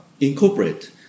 incorporate